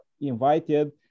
invited